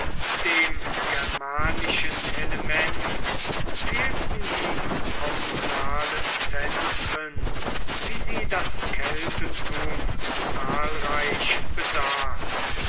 dem germanischen element fehlten die kommunalen zentren wie sie das keltentum zahlreich besaß